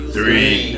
Three